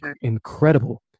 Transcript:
Incredible